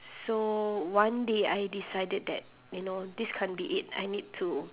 so one day I decided that you know this can't be it I need to